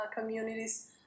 communities